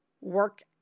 work